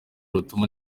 rutuma